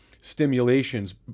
stimulations